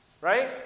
right